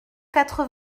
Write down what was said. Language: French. quatre